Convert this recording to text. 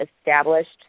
established